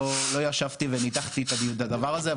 לא ישבתי וניתחתי את הדבר הזה,